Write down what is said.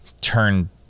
turn